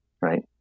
right